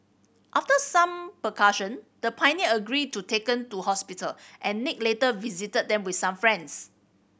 after some the pioneer agreed to taken to hospital and Nick later visited them with some friends